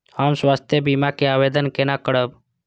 हम स्वास्थ्य बीमा के आवेदन केना करब?